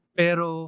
pero